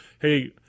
hey